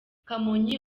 kamonyi